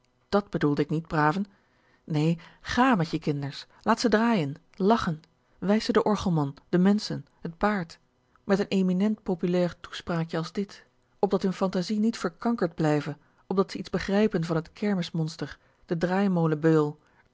dat bedoelde ik niet braven nee g à met je kinders laat ze draaien lachen wijs ze den orgelman de menschen t paard met een eminent populair toespraakje als dit opdat hun fantasie niet verkankerd blijve opdat ze iets begrijpen van het kermismonster den